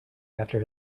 after